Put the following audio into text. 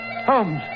Holmes